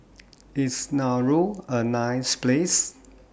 IS Nauru A nice Place